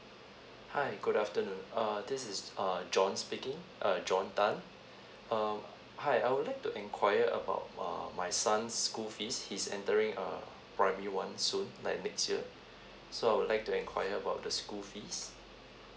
hi good afternoon err this is err john speaking uh john tan err hi I would like to enquire about err my son's school fees he is entering err primary one soon like next year so I would like to enquire about the school fees